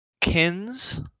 Kins